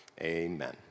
Amen